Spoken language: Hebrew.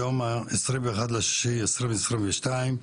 היום ה-21.6.2022,